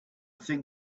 think